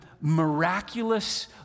miraculous